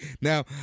now